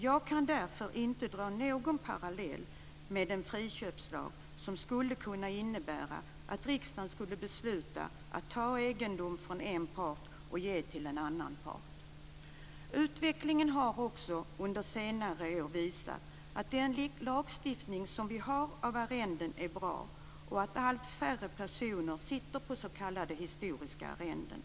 Jag kan därför inte dra någon parallell med en friköpslag som skulle kunna innebära att riksdagen skulle besluta att ta egendom från en part och ge till en annan part. Utvecklingen under senare år har också visat att den lagstiftning som vi har när det gäller arrenden är bra och att allt färre personer sitter på s.k. historiska arrenden.